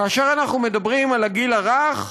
כאשר אנחנו מדברים על הגיל הרך,